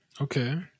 Okay